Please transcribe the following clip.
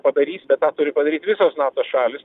padarys bet tą turi padaryt visos nato šalys